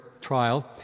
trial